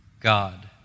God